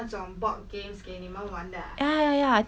ya ya ya I think similar to this ah something like this are